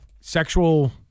sexual